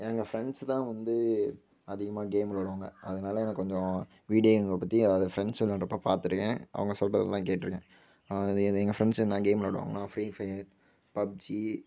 எங்கள் ஃப்ரெண்ட்ஸு தான் வந்து அதிகமாக கேம் விளாயாடுவாங்க அதனால எனக்கு கொஞ்சம் வீடியோ கேமை பற்றி அதாவது ஃப்ரெண்ட்ஸ் விளாயாடுறப்ப பார்த்துருக்கேன் அவங்க சொல்லுறதலாம் கேட்டிருக்கேன் அது அது எங்கள் ஃப்ரெண்ட்ஸ் என்ன கேம் விளாயாடுவாங்கன்னா ஃப்ரீ ஃபயர் பப்ஜி